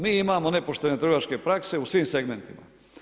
Mi imamo nepoštene trgovačke prakse u svim segmentima.